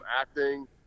acting